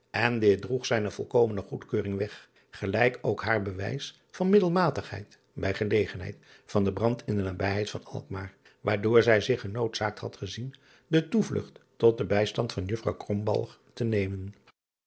en dit droeg zijne volkomene goedkeuring weg gelijk ook haar bewijs van milddadigheid bij gelegenheid van den brand in de nabijheid van lkmaar waardoor zij zich genoodzaakt had gezien de toevlugt tot den bijstand van uffrouw te nemen